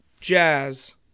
Jazz